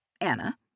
Anna